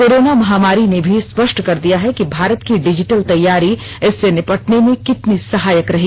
corona महामारी ने भी स्पष्ट कर दिया है कि भारत की डिजिटल तैयारी इससे निपटने में कितनी सहायक रही